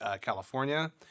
California